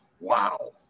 Wow